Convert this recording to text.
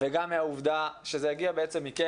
וגם מהעובדה שזה הגיע מכם,